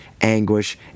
anguish